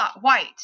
white